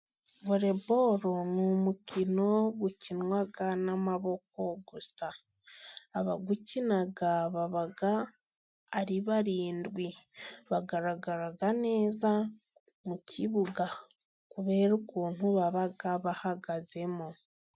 Voleboro ni umukino ukinwa n'amaboko gusa, abawukina baba ari barindwi, bagaragara neza mu kibuga, kubera ukuntu baba bahagazemo.